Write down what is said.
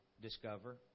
Discover